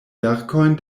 verkojn